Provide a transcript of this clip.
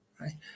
right